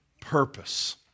purpose